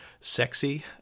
sexy